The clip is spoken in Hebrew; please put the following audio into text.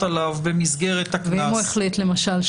עליו במסגרת הקנס --- ומה אם יש לנו החלטה על אי-הרשעה?